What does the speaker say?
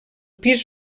pis